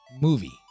movie